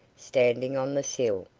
standing on the sill,